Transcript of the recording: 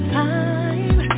time